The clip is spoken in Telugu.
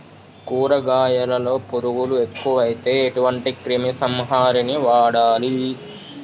కూరగాయలలో పురుగులు ఎక్కువైతే ఎటువంటి క్రిమి సంహారిణి వాడాలి?